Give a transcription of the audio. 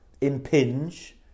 impinge